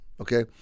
Okay